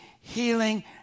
healing